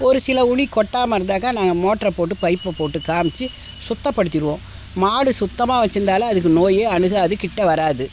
ஒரு சில உண்ணி கொட்டாமல் இருந்தாக்கா நாங்கள் மோட்ரை போட்டு பைப்பை போட்டு காமிச்சு சுத்தப்படுத்திவிடுவோம் மாடு சுத்தமாக வெச்சுருந்தாலே அதுக்கு நோயே அணுகாது கிட்டே வராது